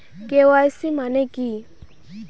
KYC মানে কি?